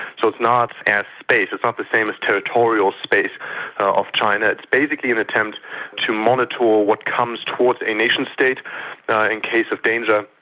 so it's not and airspace, it's not the same as territorial space of china. it's basically an attempt to monitor what comes towards a nation state in case of danger,